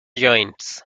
joints